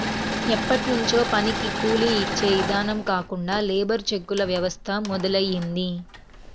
ఎప్పట్నుంచో పనికి కూలీ యిచ్చే ఇదానం కాకుండా లేబర్ చెక్కుల వ్యవస్థ మొదలయ్యింది